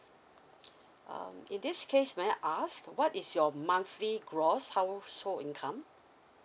um in this case may I ask what is your monthly gross household income